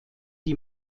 die